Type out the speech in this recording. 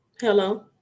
Hello